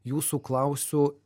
jūsų klausiu